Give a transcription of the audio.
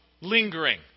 lingering